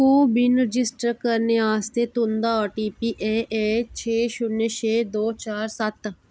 CoWIN register करने आस्तै तुं'दा ओ टी पी ऐ ऐ छे शून्य छे छे दो चार सत्त